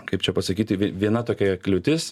kaip čia pasakyti viena tokia kliūtis